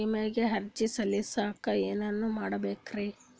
ವಿಮೆಗೆ ಅರ್ಜಿ ಸಲ್ಲಿಸಕ ಏನೇನ್ ಮಾಡ್ಬೇಕ್ರಿ?